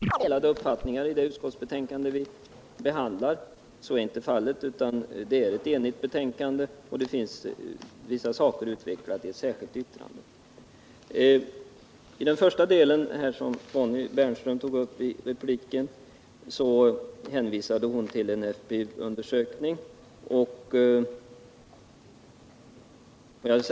Herr talman! Jag har aldrig motsatt mig sådana redovisningar, och jag vill påpeka att vi från utskottet skrivit att sådana redovisningar finns. Jag har bara understrukit vilken del jag anser vara den väsentliga, nämligen beträffande den kommunala sektorn. Men det är ju ingenting som hindrar att man tittar i flera redovisningar och gör sammanställningar. Jag noterar att Bonnie Bernström resonerar som om det skulle föreligga delade uppfattningar i det utskottsbetänkande vi behandlar. Så är inte fallet. Det är ett enigt utskottsförslag, och sedan finns vissa frågor utvecklade i ett särskilt yttrande. I den första delen av sin replik hänvisade Bonnie Bernström till en FPU undersökning. Jag vil!